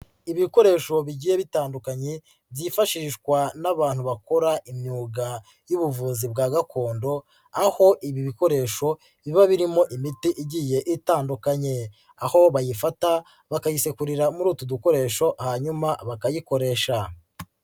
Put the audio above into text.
Ibikoresho bigiye bitandukanye byifashishwa n'abantu bakora imyuga y'ubuvuzi bwa gakondo, aho ibi bikoresho biba birimo imiti igiye itandukanye. Aho bayifata bakayisekurira muri utu dukoresho hanyuma bakayikoresha.